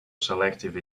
selective